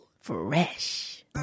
fresh